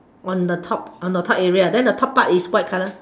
on the top on the top area then the top part is white color